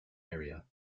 area